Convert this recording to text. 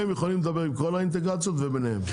הם יכולים לדבר על כל האינטגרציות וביניהם.